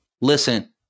Listen